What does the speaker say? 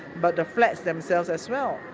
but the flats themselves as well.